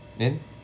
then